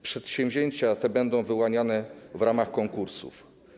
Przedsięwzięcia te będą wyłaniane w ramach konkursów.